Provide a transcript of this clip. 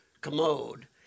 commode